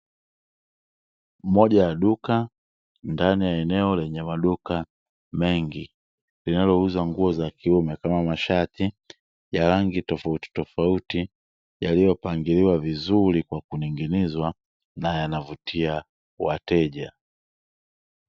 Moja ya duka ndani ya eneo lenye maduka mengi linalouuza nguo za kiume, kama mashati ya rangi tofautitofauti yaliyopangiliwa vizuri kwa kuning'nizwa na yanavutia wateja.